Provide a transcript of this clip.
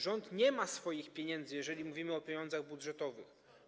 Rząd nie ma swoich pieniędzy, jeżeli mówimy o pieniądzach budżetowych.